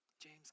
James